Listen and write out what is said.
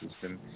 system